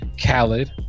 Khaled